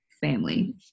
family